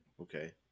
Okay